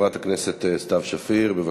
חברת הכנסת סתיו שפיר, בבקשה.